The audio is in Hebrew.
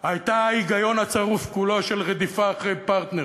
הייתה ההיגיון הצרוף כולו של רדיפה אחרי פרטנר,